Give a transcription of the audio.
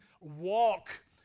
walk